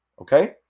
Okay